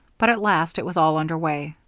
but at last it was all under way.